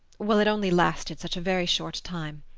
well, it only lasted such a very short time.